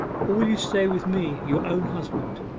or will you stay with me, your own husband